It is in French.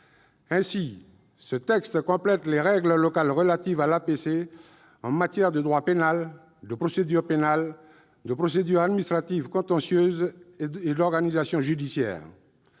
Ainsi, ce texte complète les règles locales relatives à l'APC en matière de droit pénal, de procédure pénale, de procédure administrative contentieuse et d'organisation judiciaire.